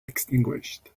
extinguished